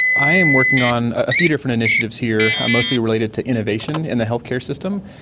i'm working on a few different initiatives here, mostly related to innovation in the healthcare system.